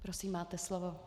Prosím, máte slovo.